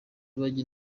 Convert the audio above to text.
bajya